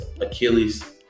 Achilles